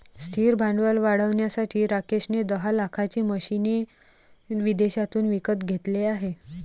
स्थिर भांडवल वाढवण्यासाठी राकेश ने दहा लाखाची मशीने विदेशातून विकत घेतले आहे